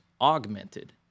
augmented